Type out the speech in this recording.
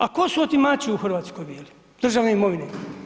A ko su otimači u Hrvatskoj bili državne imovine?